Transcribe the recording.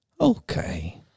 Okay